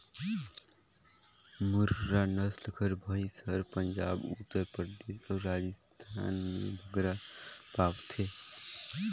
मुर्रा नसल कर भंइस हर पंजाब, उत्तर परदेस अउ राजिस्थान में बगरा पवाथे